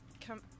come